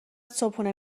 صبحونه